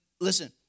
listen